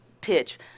pitch